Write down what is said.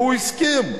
והוא הסכים,